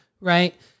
right